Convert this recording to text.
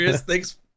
Thanks